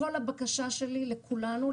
כל הבקשה שלי לכולנו,